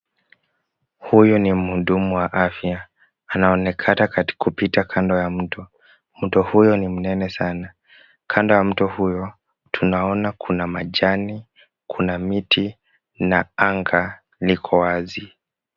Huyu ni mhudumu wa afya. Anaonekana kupita kando ya mto. Mto huyo ni mnene sana. Kando ya mto huyo tunaona kuna majani, kuna miti na anga liko wazi.